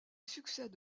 succède